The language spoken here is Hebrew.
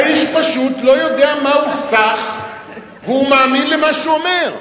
האיש פשוט לא יודע מה הוא סח והוא מאמין למה שהוא אומר.